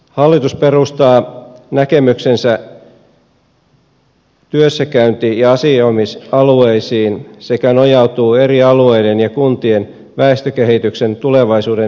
hallitus perustaa näkemyksensä työssäkäynti ja asioimisalueisiin sekä nojautuu eri alueiden ja kuntien väestökehityksen tulevaisuuden ennusteisiin